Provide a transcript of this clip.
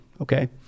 Okay